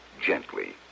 gently